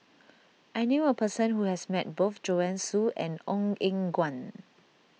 I knew a person who has met both Joanne Soo and Ong Eng Guan